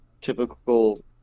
typical